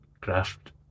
craft